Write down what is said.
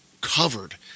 covered